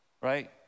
right